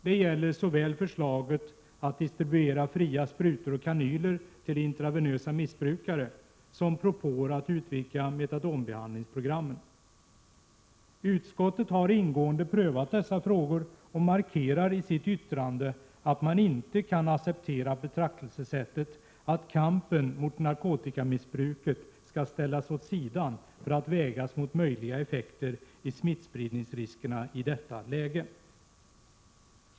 Det gäller såväl förslaget att distribuera fria sprutor och kanyler till intravenösa missbrukare som propåer att utvidga metadonbehandlingsprogrammen. Utskottet har ingående prövat dessa frågor och markerar i sitt yttrande att man inte kan acceptera betraktelsesättet att kampen mot narkotikamissbruket skall ställas åt sidan för att vägas mot möjliga effekter när det gäller smittspridningsriskerna i detta läge.